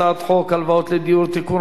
הצעת חוק הלוואות לדיור (תיקון,